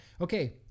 Okay